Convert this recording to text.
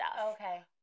Okay